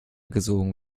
gesogen